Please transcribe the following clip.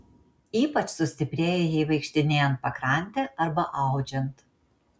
ypač sustiprėja jai vaikštinėjant pakrante arba audžiant